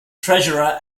treasurer